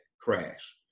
crash